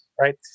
right